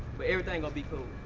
but everything gonna be cool.